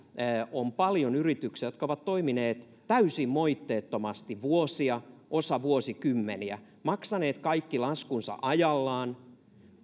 on paljon yrityksiä jotka ovat toimineet täysin moitteettomasti vuosia osa vuosikymmeniä maksaneet kaikki laskunsa ajallaan